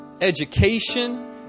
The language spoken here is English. education